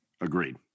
Agreed